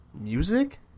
music